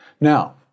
Now